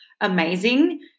amazing